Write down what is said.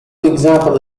example